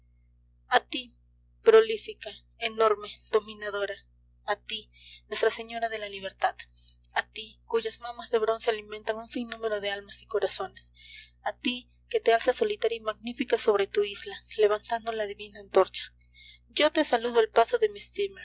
a ti prolífica enorme dominadora a ti nuestra señora de la libertad a ti cuyas mamas de bronce alimentan un sinnúmero de almas y corazones a ti que te alzas solitaria y magnífica sobre tu isla levantando la divina antorcha yo te saludo al paso de